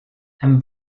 and